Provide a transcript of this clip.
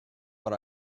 but